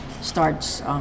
starts